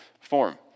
form